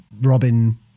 Robin